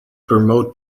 promote